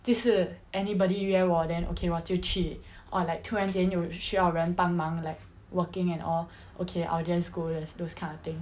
就是 anybody 约我 then okay 我就去 or like 突然间有需要人帮忙 like working and all okay I'll just go those kind of thing